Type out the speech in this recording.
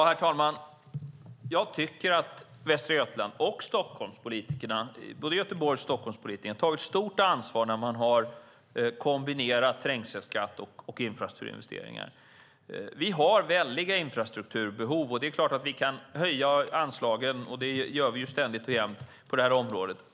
Herr talman! Både Göteborgs och Stockholmspolitikerna har tagit stort ansvar när de har kombinerat trängselskatt och infrastrukturinvesteringar. Vi har väldiga infrastrukturbehov. Det är klart att vi kan höja anslagen, och det gör vi ständigt och jämt på detta område.